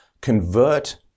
convert